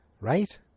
right